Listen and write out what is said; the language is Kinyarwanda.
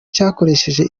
cakoresheje